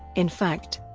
in fact,